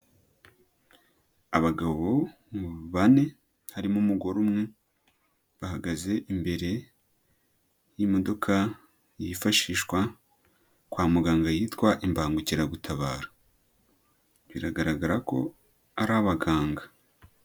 Abagabo bane harimo umugore umwe bahagaze imbere y'imodoka yifashishwa kwa muganga yitwa imbangukiragutabara .Biragaragara ko ari abaganga.